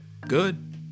good